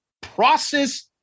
process